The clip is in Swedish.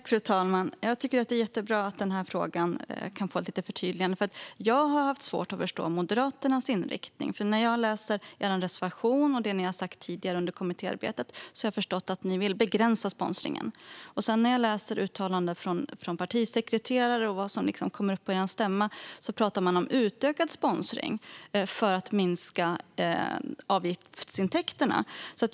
Fru talman! Jag tycker att det är jättebra att denna fråga kan få ett förtydligande. Jag har haft svårt att förstå Moderaternas inriktning, Lotta Finstorp. Efter att ha läst er reservation och lyssnat till det ni sa tidigare under kommittéarbetet har jag förstått att ni vill begränsa sponsringen. I uttalanden från er partisekreterare och det som kom upp på er stämma pratas om utökad sponsring för att minska avgiftsintäkterna.